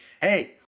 hey